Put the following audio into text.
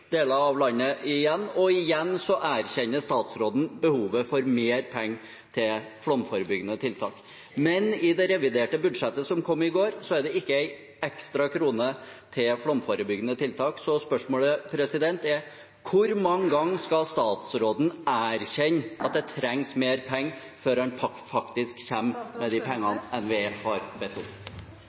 deler av landet, og igjen erkjenner statsråden behovet for mer penger til flomforebyggende tiltak. Men i det reviderte budsjettet som kom i går, er det ikke én ekstra krone til flomforebyggende tiltak. Så spørsmålet er: Hvor mange ganger skal statsråden erkjenne at det trengs mer penger, før han faktisk kommer med de pengene NVE har bedt om?